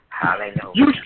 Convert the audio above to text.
Hallelujah